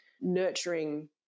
nurturing